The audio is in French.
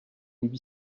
huit